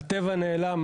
הטבע נעלם,